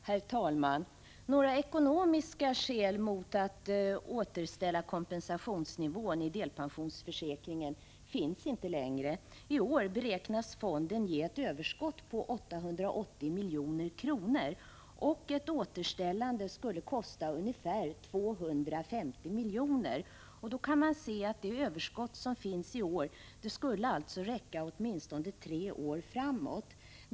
Herr talman! Några ekonomiska skäl mot att återställa kompensationsnivån i delpensionsförsäkringen finns inte längre. I år beräknas fonden ge ett överskott på 880 milj.kr., och ett återställande skulle kosta ungefär 250 milj.kr. Man kan då se att det överskott som finns i år alltså skulle räcka åtminstone tre år framåt.